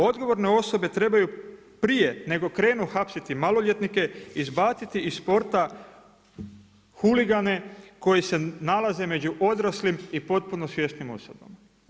Odgovorne osobe trebaju prije nego krenu hapsiti maloljetnike, izbaciti iz spora huligane koji se nalaze među odraslim i potpuno svjesnim osobama.